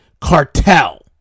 cartel